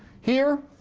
here,